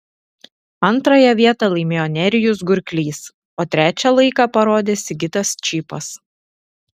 antrąją vietą laimėjo nerijus gurklys o trečią laiką parodė sigitas čypas